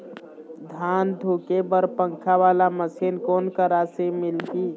धान धुके बर पंखा वाला मशीन कोन करा से मिलही?